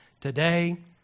today